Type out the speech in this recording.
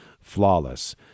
flawless